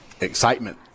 excitement